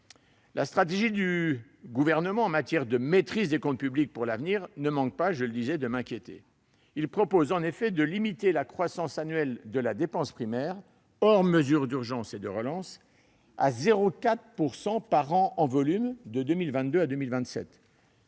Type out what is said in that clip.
La stratégie affichée du Gouvernement en matière de maîtrise des comptes publics pour l'avenir ne laisse pas de m'inquiéter. Il propose en effet de limiter la croissance annuelle de la dépense primaire hors mesures d'urgence et de relance à 0,4 % par an en volume entre 2022 et 2027.